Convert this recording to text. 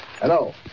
Hello